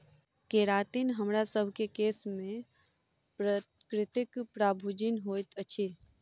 keratin हमरासभ केँ केश में प्राकृतिक प्रोभूजिन होइत अछि